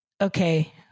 okay